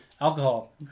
Alcohol